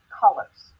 colors